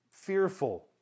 Fearful